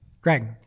Greg